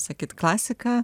sakyt klasika